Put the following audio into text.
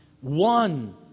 One